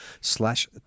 slash